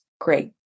Great